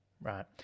Right